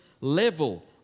level